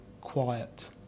quiet